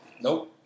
Nope